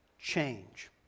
change